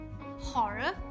horror